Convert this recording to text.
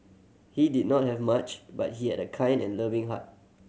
he did not have much but he had a kind and loving heart